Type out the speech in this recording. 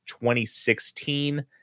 2016